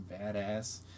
badass